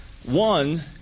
One